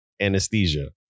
anesthesia